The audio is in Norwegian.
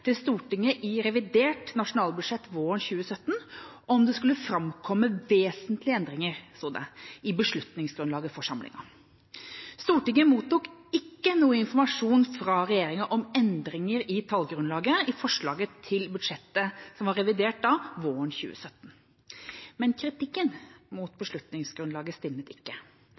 til Stortinget i revidert nasjonalbudsjett våren 2017 om det skulle framkomme «vesentlige endringer», sto det, i beslutningsgrunnlaget for samlingen. Stortinget mottok ikke noe informasjon fra regjeringa om endringer i tallgrunnlaget i forslaget til revidert nasjonalbudsjett våren 2017. Men kritikken mot beslutningsgrunnlaget stilnet ikke.